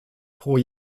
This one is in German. pro